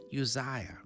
Uzziah